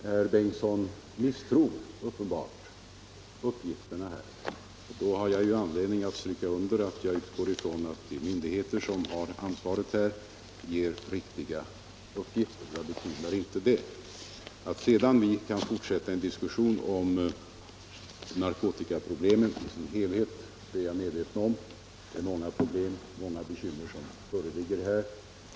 Herr Bengtsson misstror uppenbarligen de uppgifter jag lämnat. Jag har anledning understryka att jag självfallet utgår ifrån att de myndigheter som här har ansvaret ger riktiga uppgifter. Jag betvivlar inte det. Att vi sedan kan fortsätta diskussionen om narkotikaproblemet är jag medveten om — det finns här många problem och bekymmer.